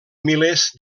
milers